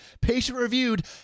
patient-reviewed